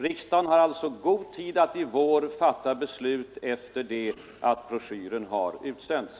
Riksdagen har alltså god tid att under vårens lopp fatta beslut efter det att broschyren har utsänts.